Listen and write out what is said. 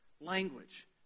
language